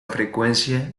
frecuencia